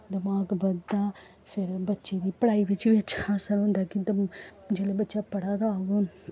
दमाक बधदा फिर बच्चें दी पढ़ाई बिच्च बी अच्छा असर होंदा कि जिसलै बच्चा पढ़ा दा होग